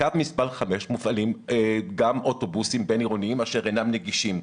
בקו מספר 5 מופעלים גם אוטובוסים בין עירוניים אשר אינם נגישים.